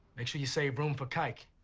make sure you save room for kike.